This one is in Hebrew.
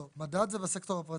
לא, מדד זה בסקטור הפרטי.